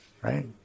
Right